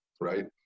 right